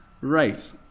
Right